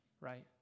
right